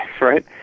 right